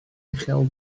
uchel